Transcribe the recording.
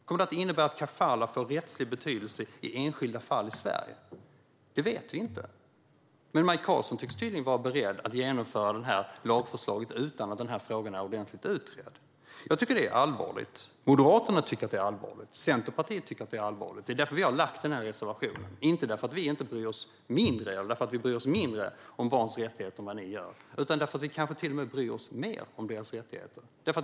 Kommer det att innebära att kafalah får rättslig betydelse i enskilda fall i Sverige? Det vet vi inte. Men Maj Karlsson tycks vara beredd att genomföra lagförslaget utan att den frågan är ordentligt utredd. Jag tycker att det är allvarligt. Moderaterna tycker att det är allvarligt. Centerpartiet tycker att det är allvarligt. Det är därför vi har lämnat den här reservationen - inte för att vi inte bryr oss mindre om barns rättigheter än ni gör utan för att vi bryr oss lika mycket eller kanske till och med mer om deras rättigheter.